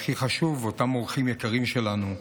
הכי חשוב, אותם אורחים יקרים שלנו,